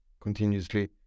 continuously